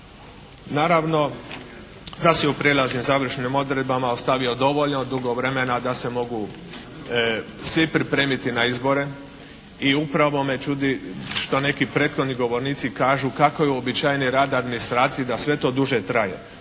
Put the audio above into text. Naravno da se u Prijelaznim i završnim odredbama ostavilo dovoljno dugo vremena da se mogu svi pripremiti na izbore. I upravo me čudi šta neki prethodni govornici kažu kako je uobičajeni rad administracije da sve to duže traje.